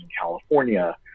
California